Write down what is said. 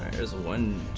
is one